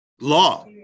Law